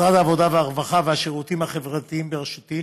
משרד העבודה והרווחה והשירותים החברתיים בראשותי